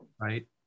right